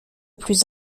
plus